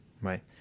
right